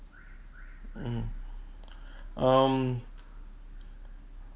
mm um